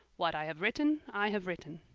what i have written, i have written.